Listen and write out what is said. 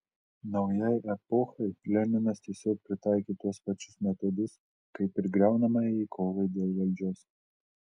naujai epochai leninas tiesiog pritaikė tuos pačius metodus kaip ir griaunamajai kovai dėl valdžios